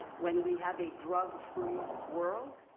when we have a drug-free world?